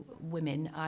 women